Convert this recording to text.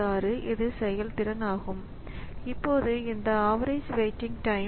166 இது செயல்திறன் ஆகும் இப்போது இந்த ஆவரேஜ் வெயிட்டிங் டைம்